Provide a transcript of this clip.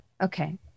Okay